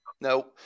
no